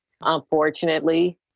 Unfortunately